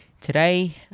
Today